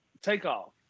takeoff